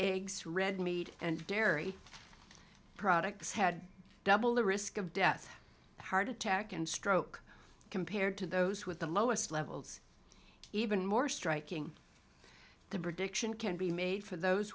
eggs red meat and dairy products had double the risk of death heart attack and stroke compared to those with the lowest levels even more striking the predicament can be made for those